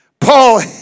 Paul